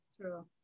True